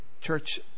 church